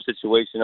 situation